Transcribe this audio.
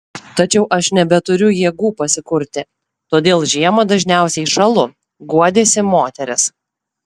tačiau aš nebeturiu jėgų pasikurti todėl žiemą dažniausiai šąlu guodėsi moteris